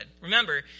Remember